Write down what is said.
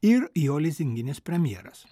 ir jo lizinginis premjeras